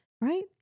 Right